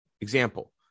example